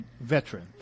veteran